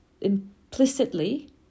implicitly